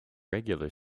regular